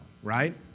right